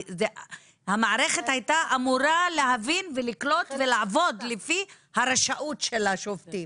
המערכת הייתה אמורה להבין ולקלוט ולעבוד לפי הרשאות של השופטים,